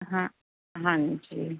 ਹਾਂ ਹਾਂਜੀ